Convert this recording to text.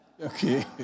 Okay